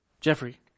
Jeffrey